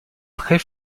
très